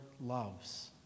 loves